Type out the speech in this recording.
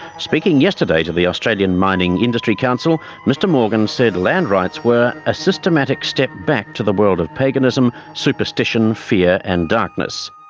speaking yesterday to the australian mining industry council mr morgan said land rights were a systematic step back to the world of paganism, superstition, fear and darkness.